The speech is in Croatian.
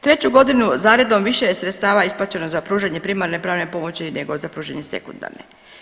Treću godinu za redom više je sredstava isplaćeno za pružanje primarne pravne pomoći nego za pružanje sekundarne.